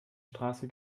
straße